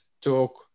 talk